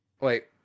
Wait